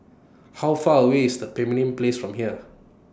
How Far away IS The Pemimpin Place from here